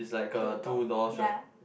two door ya